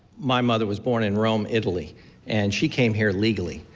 my mother was born in rome, italy and she came here legally.